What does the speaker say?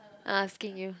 I'm asking you